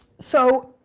so,